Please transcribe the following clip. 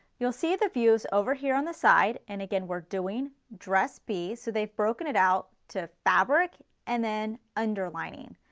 you'll see the views over here on the side and again we're doing dress b, so they've broken it out to fabric and then underlining.